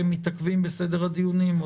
אנחנו מתעכבים בסדר הדיונים,